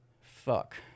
Fuck